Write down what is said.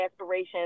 aspirations